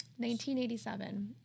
1987